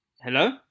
hello